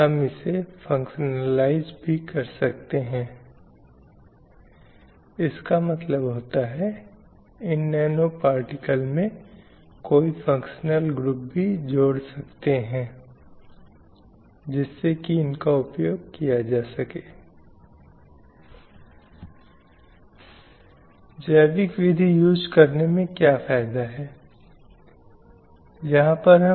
अब वह अंतर क्या है वह अंतर है व्यवहार में प्रवृत्ति में पुरुषों और महिलाओं से अपेक्षित भूमिकाओं में हैं और यह ऐसा है जैसे कि इस अंतर के अंतर्गत इन दो लिंगों के जीवन के सभी पहलू शामिल हैं